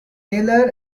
tailor